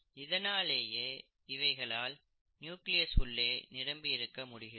இதனாலேயே இவைகளால் நியூக்ளியஸ் உள்ளே நிரம்பி இருக்க முடிகிறது